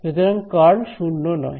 সুতরাং কার্ল 0 নয়